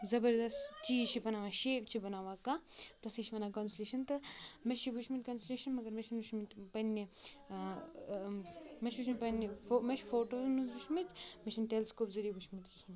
زبردَس چیٖز چھِ بَناوان شیپ چھِ بَناوان کانٛہہ تٔتھی چھِ وَنان کنسٕلیشَن تہٕ مےٚ چھِ وُچھمُت کَنسٕلیشَن مگر مےٚ چھِنہٕ وٕچھمُت تِم پنٛنہِ مےٚ چھِ وٕچھمُت پنٛنہِ مےٚ فوٹوزَن منٛز وٕچھمٕتۍ مےٚ چھِنہٕ ٹیٚلِسکوپ ذٔریعہِ وٕچھمُت کِہیٖنۍ